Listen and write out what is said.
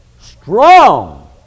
strong